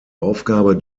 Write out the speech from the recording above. aufgabe